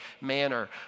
manner